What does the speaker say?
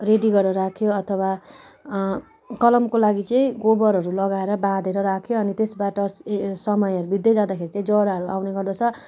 ready गरेर राख्यो अथवा कलमको लागि चाहिँ गोबरहरू लगाएर बाँधेर राख्यो अनि त्यसबाट समयहरू बित्दै जाँदाखेरि चाहिँ जराहरू आउने गर्दछ